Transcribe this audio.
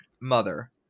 Mother